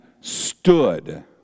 stood